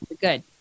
good